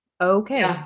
okay